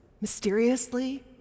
mysteriously